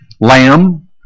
Lamb